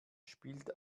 spielt